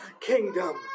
kingdom